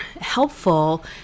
helpful